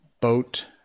Boat